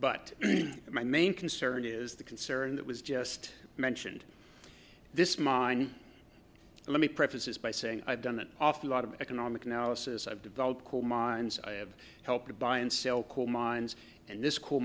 but my main concern is the concern that was just mentioned this mine let me preface this by saying i've done an awful lot of economic analysis i've developed coal mines i have help to buy and sell coal mines and this co